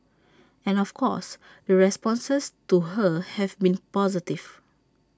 and of course the responses to her have been positive